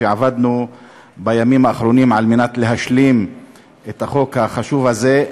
עבדנו בימים האחרונים על מנת להשלים את החוק החשוב הזה,